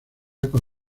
con